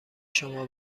شما